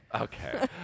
Okay